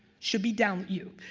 should be downloading, you.